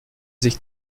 sich